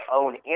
own